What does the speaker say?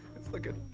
it's like a.